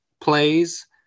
plays